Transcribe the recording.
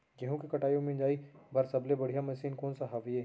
गेहूँ के कटाई अऊ मिंजाई बर सबले बढ़िया मशीन कोन सा हवये?